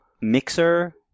Mixer